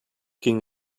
ging